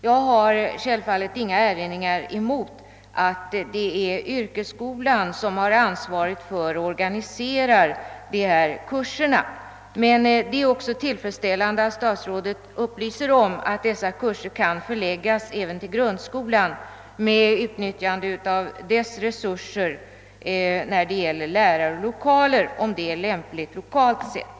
Jag har självfallet inga erinringar emot att det är yrkesskolan som har ansvaret för och organiserar dessa kurser. Det är också tillfredsställande att statsrådet upplyser om att dessa kurser kan förläggas till grundskolan med utnyttjande av dess resurser när det gäller lärare och lokaler, om det är lämpligt lokalt sett.